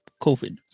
COVID